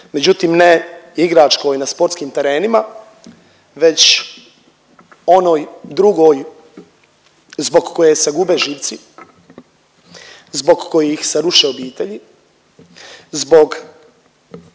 međutim ne igračkoj na sportskim terenima već onoj drugoj zbog koje se gube živci, zbog kojih se ruše obitelji, zbog